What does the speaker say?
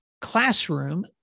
classroom